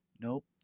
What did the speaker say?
Nope